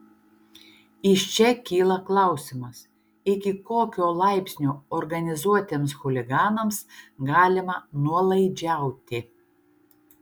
iš čia kyla klausimas iki kokio laipsnio organizuotiems chuliganams galima nuolaidžiauti